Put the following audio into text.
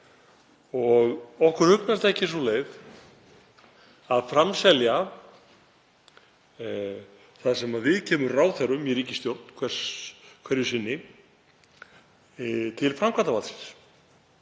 og okkur hugnast ekki sú leið að framselja það sem viðkemur ráðherrum í ríkisstjórn hverju sinni til framkvæmdarvaldsins,